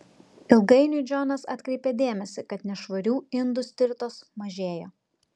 ilgainiui džonas atkreipė dėmesį kad nešvarių indų stirtos mažėja